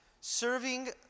Serving